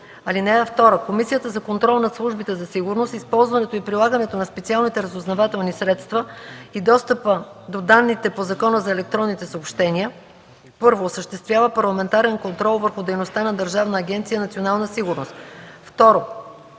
група. (2) Комисията за контрол над службите за сигурност, използването и прилагането на специалните разузнавателни средства и достъпа до данните по Закона за електронните съобщения: 1. осъществява парламентарен контрол върху дейността на Държавна агенция „Национална сигурност”;